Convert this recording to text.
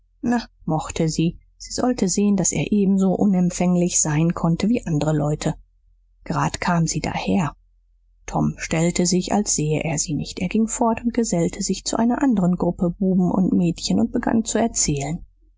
mochte sie sie sollte sehen daß er ebenso unempfänglich sein konnte wie andere leute grade kam sie daher tom stellte sich als sehe er sie nicht er ging fort und gesellte sich zu einer anderen gruppe buben und mädchen und begann zu erzählen